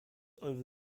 over